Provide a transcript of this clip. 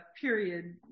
period